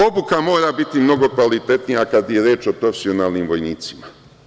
Obuka mora biti mnogo kvalitetnija kada je reč o profesionalnim vojnicima.